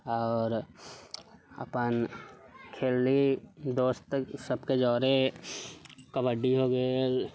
आओर अपन खेललीह दोस्त सभके जरे कबड्डी हो गेल